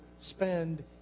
spend